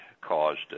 caused